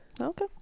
Okay